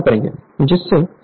यह आउटपुट है और यह कॉपर लॉस है